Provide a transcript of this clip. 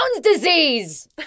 disease